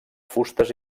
fustes